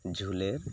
ଝୁଲେର୍